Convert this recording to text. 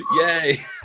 yay